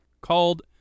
called